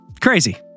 Crazy